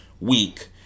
week